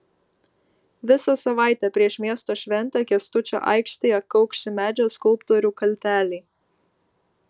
visą savaitę prieš miesto šventę kęstučio aikštėje kaukši medžio skulptorių kalteliai